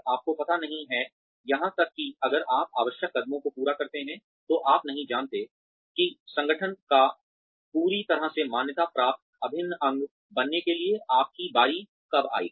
आपको पता नहीं है यहां तक कि अगर आप आवश्यक कदमों को पूरा करते हैं तो आप नहीं जानते कि संगठन का पूरी तरह से मान्यता प्राप्त अभिन्न अंग बनने के लिए आपकी बारी कब आएगी